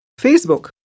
Facebook